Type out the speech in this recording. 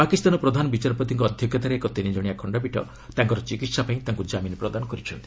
ପାକିସ୍ତାନ ପ୍ରଧାନ ବିଚାରପତିଙ୍କ ଅଧ୍ୟକ୍ଷତାରେ ଏକ ତିନିଜଶିଆ ଖଣ୍ଡପୀଠ ତାଙ୍କର ଚିକିତ୍ସା ପାଇଁ ତାଙ୍କୁ ଜାମିନ୍ ପ୍ରଦାନ କରିଛନ୍ତି